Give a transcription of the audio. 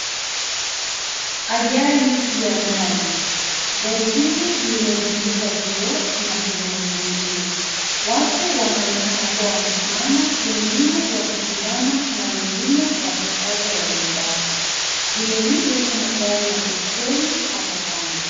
Ajali ya gari. Gari hili limevunjika vyioo na sehemu zingine. Watu wanaonekana kuwa wamesimama , wengine wakitizama na wengine wakisaza yaliyobaki. Vilevile kuna gari ya petroli hapo kando.